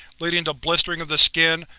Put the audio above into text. leading to blistering of the skin,